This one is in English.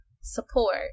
support